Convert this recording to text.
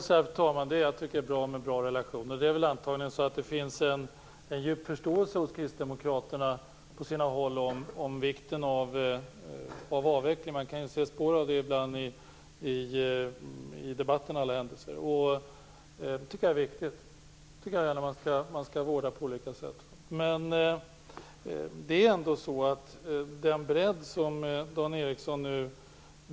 Fru talman! Jag tycker också att det är bra med goda relationer. Det finns antagligen en djup förståelse på sina håll hos kristdemokraterna för vikten av avveckling. Man kan se spår av det i debatten. Det är viktigt. Det skall vårdas på olika sätt. Dan Ericsson efterlyste en bredd i uppgörelsen.